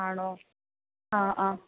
ആണോ ആ ആ